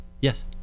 yes